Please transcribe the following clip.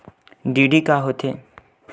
DD का होथे?